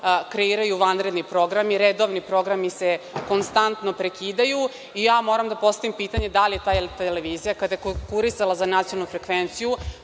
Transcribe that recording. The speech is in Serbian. kreiraju vanredni programi. Redovni programi se konstantno prekidaju i moram da postavim pitanje da li je ta televizija konkurisala za nacionalnu frekvenciju